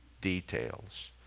details